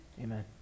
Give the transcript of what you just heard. Amen